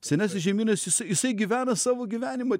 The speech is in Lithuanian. senasis žemynas jis jisai gyvena savo gyvenimą